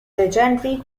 legendary